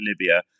Libya